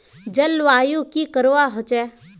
जलवायु की करवा होचे?